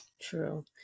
True